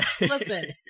listen